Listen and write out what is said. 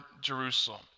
Jerusalem